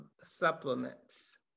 supplements